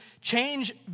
change